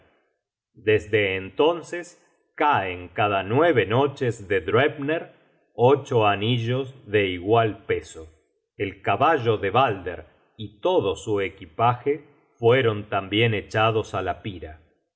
desde entonces caen cada nueve noches de droepner ocho anillos de igual peso el caballo de balder y todo su equipaje fueron tambien echados á la pira